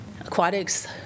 Aquatics